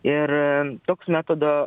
ir toks metodo